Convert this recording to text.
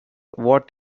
what